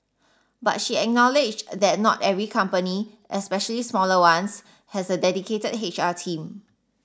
but she acknowledged that not every company especially smaller ones has a dedicated H R team